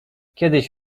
kiedyś